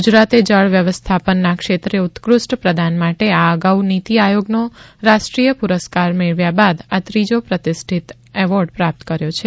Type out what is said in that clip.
ગુજરાતે જળ વ્યવસ્થાપનના ક્ષેત્રે ઉત્કૃષ્ટ પ્રદાન માટે આ અગાઉ નીતિ આયોગનો રાષ્ટ્રીય પુરસ્કાર મેળવ્યા બાદ આ ત્રીજો પ્રતિષ્ઠિત એવોર્ડ પ્રાપ્ત કર્યો છે